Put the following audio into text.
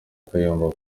kayumba